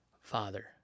father